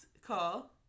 call